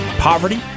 Poverty